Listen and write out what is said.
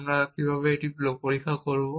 আমি কীভাবে লক্ষ্য পরীক্ষা করব